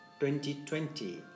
2020